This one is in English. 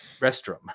restroom